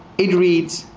it reads,